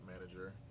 manager